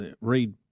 read